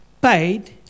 paid